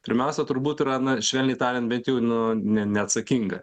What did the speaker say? pirmiausia turbūt yra na švelniai tariant bet jau nu ne neatsakinga